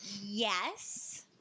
Yes